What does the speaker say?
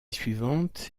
suivante